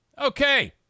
Okay